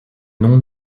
nom